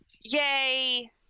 yay